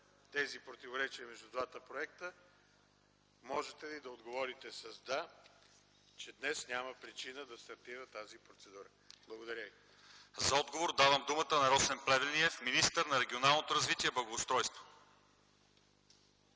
тези противоречия между двата проекта, можете ли да отговорите с „Да”, че днес няма причина да не стартира тази процедура? Благодаря ви. ПРЕДСЕДАТЕЛ ЛЪЧЕЗАР ИВАНОВ: За отговор давам думата на Росен Плевнелиев – министър на регионалното развитие и благоустройството.